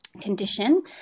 condition